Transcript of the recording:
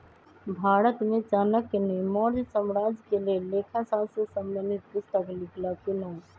भारत में चाणक्य ने मौर्ज साम्राज्य के लेल लेखा शास्त्र से संबंधित पुस्तक लिखलखिन्ह